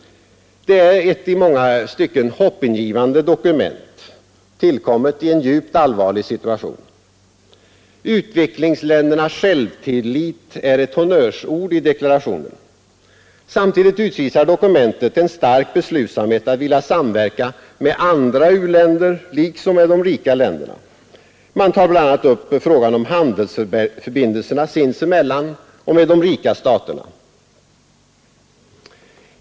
Det är ett i många stycken hoppingivande dokument, tillkommet i en djupt allvarlig situation. Utvecklingsländernas självtillit är ett honnörsord i deklarationen. Samtidigt utvisar dokumentet en stark beslutsamhet att samverka med andra u-länder liksom med de rika länderna. Man tar bl.a. upp frågan om handelsförbindelserna sinsemellan och med de rika staterna.